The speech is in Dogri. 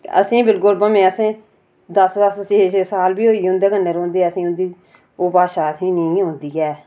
असें बिल्कुल भामें असें दस्स दस्स साल बी होई गे उंदे कन्नै रौह्ंदे असेंगी उंदी ओह् भाषा असेंगी नेईं औंदी ऐ